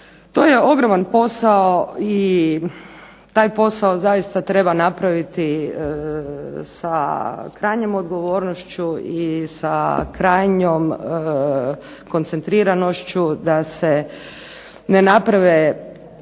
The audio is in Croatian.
To je ogroman posao i taj posao zaista treba napraviti sa krajnjom odgovornošću i sa krajnjom koncentriranošću da se ne naprave